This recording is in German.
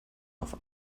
auf